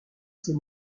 ces